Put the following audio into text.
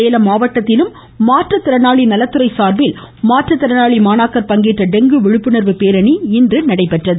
சேலம் மாவட்டத்திலும் மாற்று திறனாளி நலத்துறை சார்பில் மாற்றுத்திறனாளி மாணாக்கர் பங்கேற்ற டெங்கு விழிப்புணர்வு பேரணி இன்று நடைபெற்றது